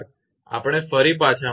આપણે ફરી પાછા મળીશું